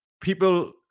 people